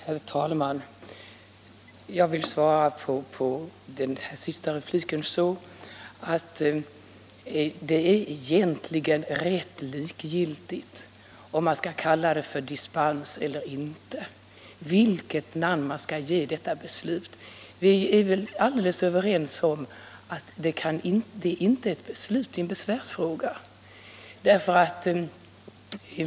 Herr talman! Med anledning av den senaste repliken vill jag säga att det egentligen är rätt likgiltigt vilket namn man skall ge detta beslut, om man skall kalla det för dispens eller inte. Vi är väl alldeles överens om att det inte är ett beslut i en besvärsfråga.